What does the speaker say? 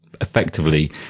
effectively